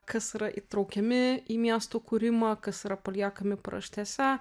kas yra įtraukiami į miestų kūrimą kas yra paliekami paraštėse